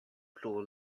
pro